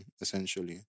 essentially